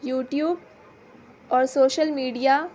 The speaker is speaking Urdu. یوٹیوب اور سوشل میڈیا